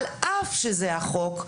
על אף שזה החוק,